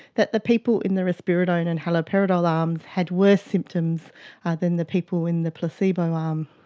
that the people in the risperidone and and haloperidol arms had worse symptoms than the people in the placebo arm.